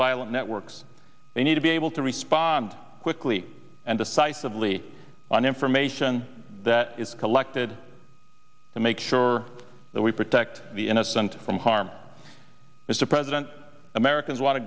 violent networks they need to be able to respond quickly and decisively on information that is collected to make sure that we protect the innocent from harm mister didn't americans wan